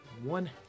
One